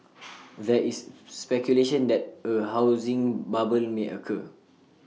there is speculation that A housing bubble may occur